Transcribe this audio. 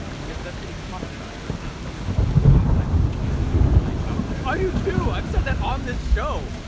because that's what he talks about. he's like these are campaigns, and i believe the campaign is dying. and i was like i do too, i've said that on this show.